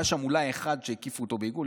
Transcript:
היה שם אולי אחד שהקיפו אותו בעיגול,